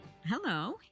Hello